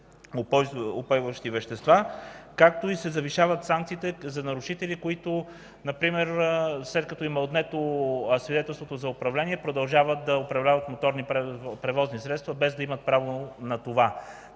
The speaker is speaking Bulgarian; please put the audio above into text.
упойващи вещества, както и се завишават санкциите за нарушители, които например, след като им е отнето свидетелството за управление, продължават да управляват моторни превозни средства без да имат право на това.